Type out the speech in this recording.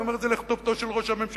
אני אומר את זה לכתובתו של ראש הממשלה,